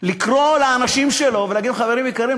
לקרוא לאנשים שלו ולהגיד להם: חברים יקרים,